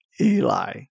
Eli